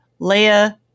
Leia